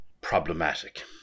problematic